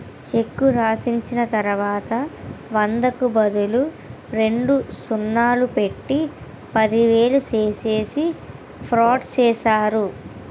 చెక్కు రాసిచ్చిన తర్వాత వందకు బదులు రెండు సున్నాలు పెట్టి పదివేలు చేసేసి ఫ్రాడ్ చేస్తారు